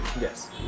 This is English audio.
Yes